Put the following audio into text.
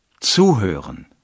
Zuhören